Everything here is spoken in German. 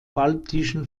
baltischen